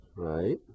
Right